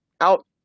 out